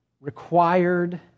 required